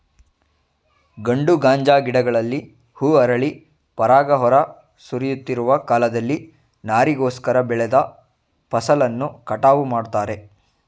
ಗಂಡು ಗಾಂಜಾ ಗಿಡಗಳಲ್ಲಿ ಹೂ ಅರಳಿ ಪರಾಗ ಹೊರ ಸುರಿಯುತ್ತಿರುವ ಕಾಲದಲ್ಲಿ ನಾರಿಗೋಸ್ಕರ ಬೆಳೆದ ಫಸಲನ್ನು ಕಟಾವು ಮಾಡ್ತಾರೆ